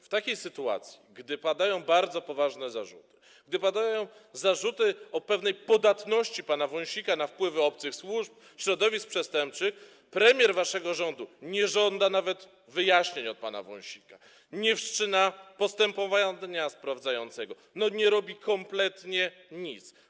W takiej sytuacji, gdy padają bardzo poważne zarzuty, gdy padają zarzuty dotyczące pewnej podatności pana Wąsika na wpływy obcych służb, środowisk przestępczych, premier waszego rządu nie żąda nawet wyjaśnień od pana Wąsika, nie wszczyna postępowania sprawdzającego, nie robi kompletnie nic.